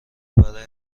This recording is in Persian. برای